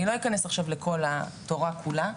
אני לא אכנס עכשיו לתורה כולה,